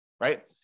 right